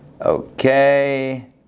Okay